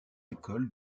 école